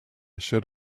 should